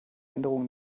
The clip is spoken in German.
änderungen